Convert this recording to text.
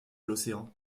l’océan